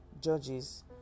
judges